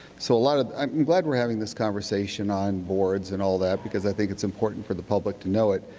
so a lot of, i'm glad we're having this conversation on boards and all that because i think it's important for the public to know it,